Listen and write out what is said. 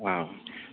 औ